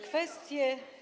Kwestie.